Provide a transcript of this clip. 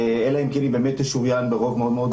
אלא אם כן היא באמת תשוריין ברוב מאוד מאוד גבוה.